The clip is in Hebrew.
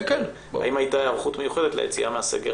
האם הייתה היערכות מיוחדת ליציאה מהסגר